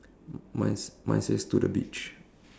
mine mine says to the beach